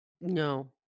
No